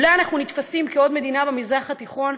אולי אנחנו נתפסים כעוד מדינה במזרח התיכון,